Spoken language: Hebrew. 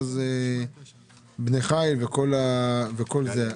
ואז בני חיל וכל זה.